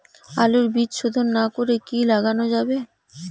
আলুর বীজ শোধন না করে কি লাগানো যাবে?